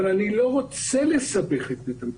אבל אני לא רוצה לסבך את בית המשפט.